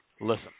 Listen